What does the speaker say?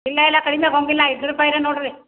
ಇಲ್ಲ ಇಲ್ಲ ಕಡಿಮೆ ಆಗೋಂಗಿಲ್ಲ ಐದುನೂರು ರೂಪಾಯಿ ಇದೆ ನೋಡಿರಿ